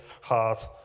heart